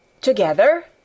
Together